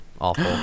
Awful